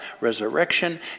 resurrection